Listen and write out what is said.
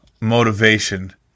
motivation